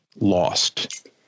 lost